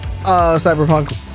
Cyberpunk